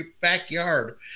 backyard